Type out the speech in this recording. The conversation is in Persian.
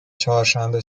چهارشنبه